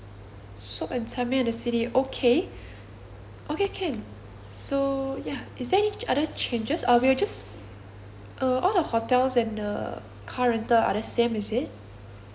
soup and in the city okay okay can so ya is there any other changes or we'll just uh all the hotels and the car rental are the same is it